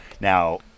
now